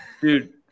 Dude